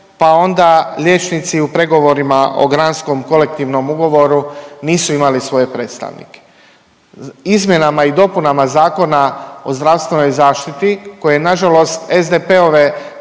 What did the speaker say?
pa onda liječnici u pregovorima o granskom kolektivnom ugovoru nisu imali svoje predstavnike. Izmjenama i dopunama Zakona o zdravstvenoj zaštiti koje nažalost SDP-ove